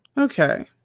okay